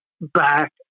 back